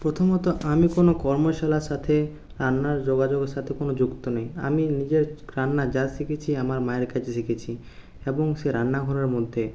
প্রথমত আমি কোনও কর্মশালার সাথে রান্নার যোগাযোগের সাথে কোনও যুক্ত নই আমি নিজের রান্না যা শিখেছি আমার মায়ের কাছে শিখেছি এবং সে রান্নাঘরের মধ্যে